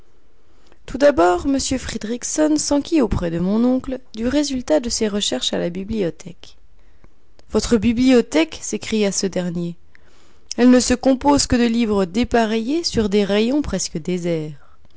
tout d'abord m fridriksson s'enquit auprès de mon oncle du résultat de ses recherches à la bibliothèque votre bibliothèque s'écria ce dernier elle ne se compose que de livres dépareillés sur des rayons presque déserts